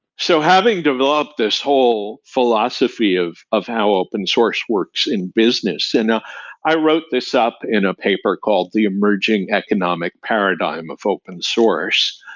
so having developed this whole philosophy of of how open source works in business, and i wrote this up in a paper called the emerging economic paradigm of open source.